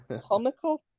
comical